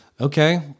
okay